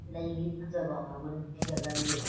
ꯂꯩꯒꯤ ꯐꯖꯕ ꯃꯒꯨꯟ ꯍꯦꯟꯒꯠꯍꯜꯂꯤ